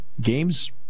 Game's